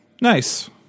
Nice